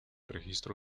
registro